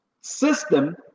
system